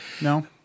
No